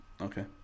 Okay